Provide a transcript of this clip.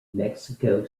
mexico